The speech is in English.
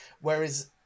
Whereas